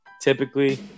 Typically